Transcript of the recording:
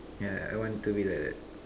yeah I want to be like that